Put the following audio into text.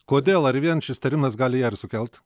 kodėl ar vien šis terminas gali ją ir sukelt